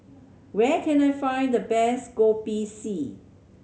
where can I find the best Kopi C